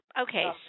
okay